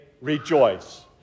rejoice